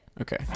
okay